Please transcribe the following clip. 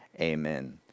amen